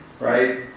right